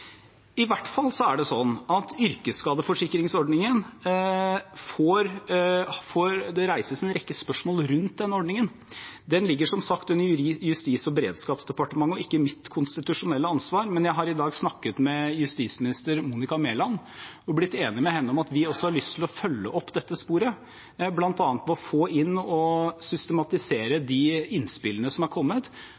I hvert fall er det sånn at det reises en rekke spørsmål rundt yrkesskadeforsikringsordningen. Den ligger som sagt under Justis- og beredskapsdepartementet og er ikke mitt konstitusjonelle ansvar, men jeg har i dag snakket med justisminister Monica Mæland og blitt enig med henne om at vi også har lyst til å følge opp dette sporet, bl.a. ved å få inn og systematisere